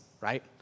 Right